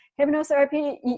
hypnotherapy